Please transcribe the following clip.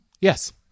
Yes